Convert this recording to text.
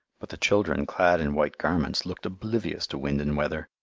but the children, clad in white garments, looked oblivious to wind and weather.